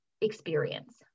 experience